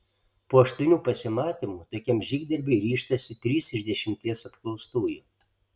po aštuonių pasimatymų tokiam žygdarbiui ryžtasi trys iš dešimties apklaustųjų